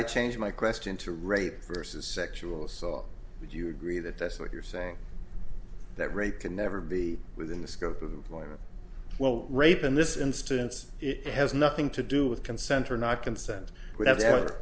i change my question to rape versus sexual assault would you agree that that's like you're saying that rape can never be within the scope of employment well rape in this instance it has nothing to do with